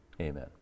amen